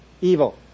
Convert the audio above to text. evil